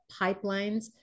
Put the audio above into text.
pipelines